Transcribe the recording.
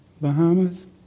Bahamas